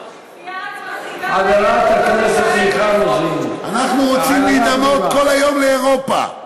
כפייה, אנחנו רוצים להידמות כל היום לאירופה.